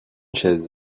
chaise